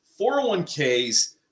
401ks